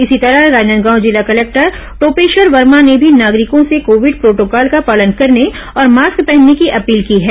इसी तरह राजनांदगांव जिला कलेक्टर टोपेश्वर वर्मा ने भी नागरिकों से कोविड प्रोटोकाल का पालन करने और मास्क पहनने की अपील की है